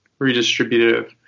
redistributive